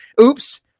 Oops